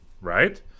Right